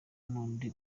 n’undi